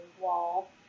wall